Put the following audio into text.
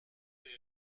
ins